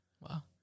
Wow